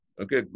Okay